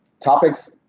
topics